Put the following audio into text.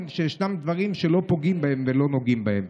שישנם דברים שלא פוגעים בהם ולא נוגעים בהם.